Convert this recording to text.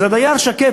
אז הדייר שקט,